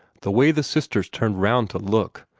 the way the sisters turned round to look,